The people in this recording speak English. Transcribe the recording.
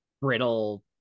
brittle